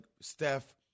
Steph